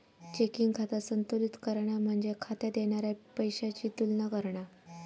checking खाता संतुलित करणा म्हणजे खात्यात येणारा पैशाची तुलना करणा